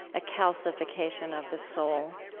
a calcification of the soul.